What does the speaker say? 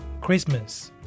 Christmas